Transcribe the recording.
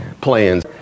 plans